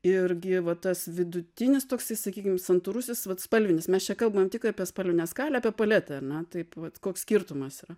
ir gi va tas vidutinis toksai sakykim santūrusis vat spalvinis mes čia kalbam tik apie spalvinę skalę apie paletę ar na taip vat koks skirtumas yra